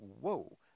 Whoa